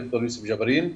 ד"ר יוסף ג'בארין.